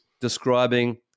describing